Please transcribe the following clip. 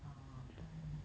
err